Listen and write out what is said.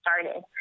started